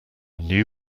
new